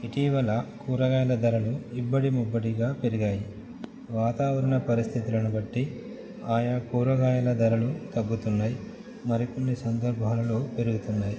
ఇటీవల కూరగాయల ధరలు ఇబ్బడి ముబ్బటిగా పెరిగాయి వాతావరణ పరిస్థితులను బట్టి ఆయా కూరగాయల ధరలు తగ్గుతున్నాయి మరికొన్ని సందర్భాలలో పెరుగుతున్నాయి